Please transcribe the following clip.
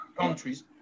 countries